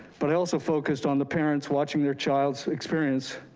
but i also focused on the parents watching their child's experience.